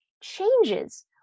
changes